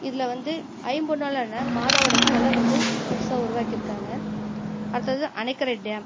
இதில் வந்து ஐம்பொன்னாலான மாதாவோட செலை வந்து புதுசாக உருவாக்கியிருக்காங்க அடுத்தது அணைக்கரை டேம்